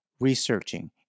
researching